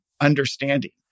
understanding